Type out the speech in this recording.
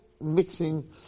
mixing